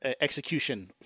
execution